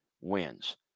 wins